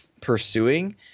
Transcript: pursuing